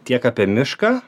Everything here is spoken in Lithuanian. tiek apie mišką